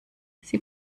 sie